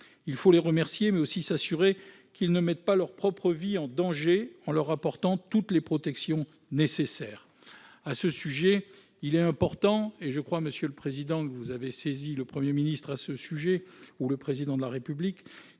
Il faut les remercier, mais aussi s'assurer qu'ils ne mettent pas leur propre vie en danger en leur apportant toutes les protections nécessaires. Il est important- et je crois, monsieur le président, que vous avez saisi le Premier ministre ou le Président de la République